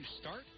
start